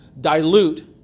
dilute